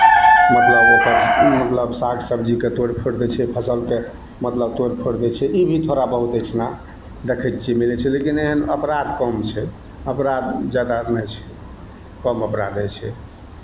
मतलब ओकर मतलब शाक सबजीकेँ तोड़ि फोड़ि दै छै फसलकेँ मतलब तोड़ि फोड़ि दै छै ई भी थोड़ा बहुत एहिठिना देखै छियै मिलै छै लेकिन एहन अपराध कम छै अपराध जादा नहि छै कम अपराध होइ छै